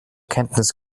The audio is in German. kenntnis